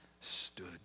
stood